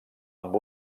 amb